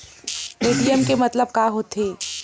ATM के मतलब का होथे?